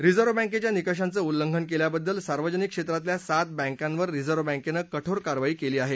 reserve बँकेच्या निकषांच उल्लंघन केल्याबद्दल सार्वजनिक क्षेत्रातल्या सात बँकांवर रिझर्व बँकेनं कठोर कारवाई केली आहे